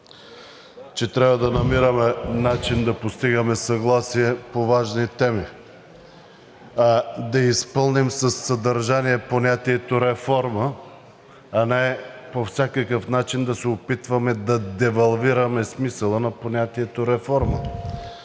че трябва да намираме начин да постигаме съгласие по важни теми, да изпълним със съдържание понятието „реформа“, а не по всякакъв начин да се опитваме да девалвираме смисъла на понятието „реформа“